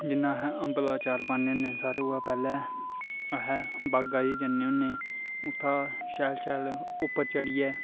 जि'यां अहें अम्बै दा चार पान्ने होन्ने सारें कोला पैह्ले अहें बागै च जन्ने होन्ने उत्थां दा शैल शैल उप्पर चढ़ियै